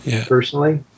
personally